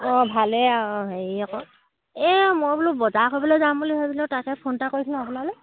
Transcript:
অঁ ভালেই আৰু হেৰি আকো এই মই বোলো বজাৰ কৰিবলৈ যাম বুলি ভাবিলোঁ তাকে ফোন এটা কৰিছিলো আপোনালৈ